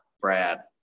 Brad